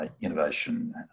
innovation